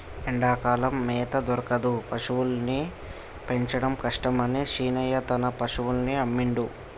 ఎండాకాలం మేత దొరకదు పశువుల్ని పెంచడం కష్టమని శీనయ్య తన పశువుల్ని అమ్మిండు